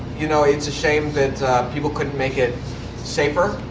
you know it's a shame that people couldn't make it safer.